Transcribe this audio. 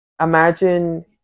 imagine